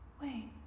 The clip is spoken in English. wait